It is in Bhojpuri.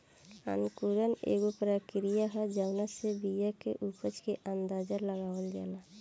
अंकुरण एगो प्रक्रिया ह जावना से बिया के उपज के अंदाज़ा लगावल जाला